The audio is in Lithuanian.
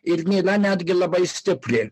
ir nėra netgi labai stipri